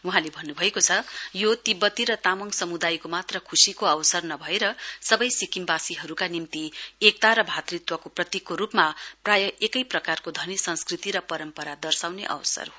वहाँले भन्नभयो यो तिब्वती र तामङ समुदायको मात्र खुशीको अवसर नभएर सबै सिक्किमवासीहरुका निम्ति एकता र मातृत्वको प्रतीकको रुपमा एकै प्रकारको संस्कृति र परम्परा दर्शाउने अवसर हो